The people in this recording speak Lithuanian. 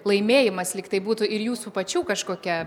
laimėjimas lyg tai būtų ir jūsų pačių kažkokia